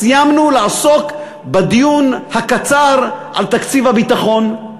סיימנו לעסוק בדיון הקצר על תקציב הביטחון.